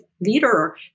leader